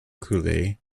cooley